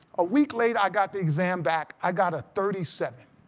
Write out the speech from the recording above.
a week later i got the exam back. i got a thirty seven.